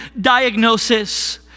diagnosis